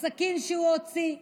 הסכין שהוא הוציא,